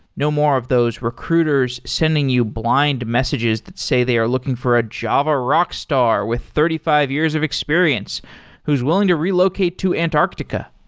no more of those recruiters sending you blind messages that say they are looking for a java rockstar with thirty five years of experience who's willing to relocate to antarctica.